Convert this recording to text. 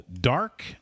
Dark